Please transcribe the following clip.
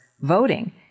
voting